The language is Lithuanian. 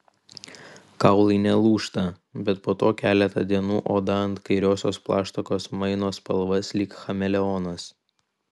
kaulai nelūžta bet po to keletą dienų oda ant kairiosios plaštakos maino spalvas lyg chameleonas